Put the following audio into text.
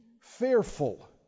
fearful